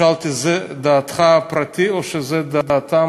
שאלתי: זאת דעתך הפרטית או שזאת דעתם